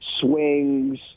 swings